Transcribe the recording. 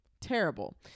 Terrible